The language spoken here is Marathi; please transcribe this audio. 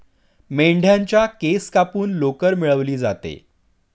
मेंढ्यांच्या केस कापून लोकर मिळवली जाते